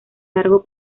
largo